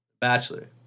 Bachelor